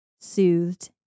soothed